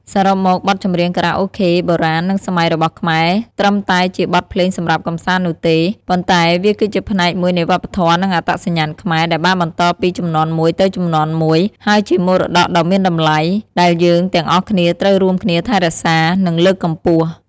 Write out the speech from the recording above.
សរុបមក បទចម្រៀងខារ៉ាអូខេបុរាណនិងសម័យរបស់ខ្មែរ ត្រឹមតែជាបទភ្លេងសម្រាប់កម្សាន្តនោះទេ ប៉ុន្តែវាគឺជាផ្នែកមួយនៃវប្បធម៌និងអត្តសញ្ញាណខ្មែរ ដែលបានបន្តពីជំនាន់មួយទៅជំនាន់មួយ ហើយជាមរតកដ៏មានតម្លៃ ដែលយើងទាំងអស់គ្នាត្រូវរួមគ្នាថែរក្សា និងលើកកម្ពស់។។